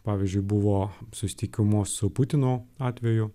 pavyzdžiui buvo susitikimo su putinu atveju